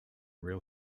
real